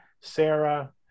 sarah